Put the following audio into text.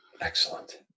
Excellent